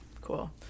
Cool